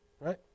Right